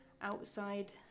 outside